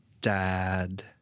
dad